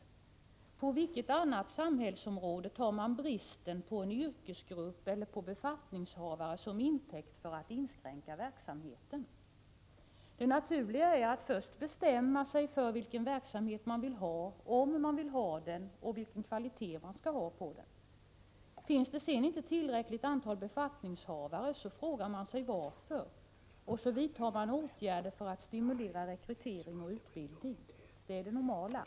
På vilket annat samhällsområde tar man bristen på en yrkesgrupp eller på befattningshavare som intäkt för att inskränka verksamheten? Det naturliga är att först bestämma sig för vilken verksamhet man vill ha, och vilken kvalitet man skall ha på den. Finns sedan inte tillräckligt antal befattningshavare frågar man sig varför, och så vidtar man åtgärder för att stimulera rekrytering och utbildning. Det är det normala!